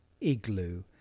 igloo